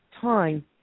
time